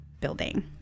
building